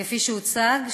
כפי שהוצג,